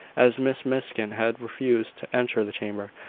as miss miskin had refused to enter the chamber,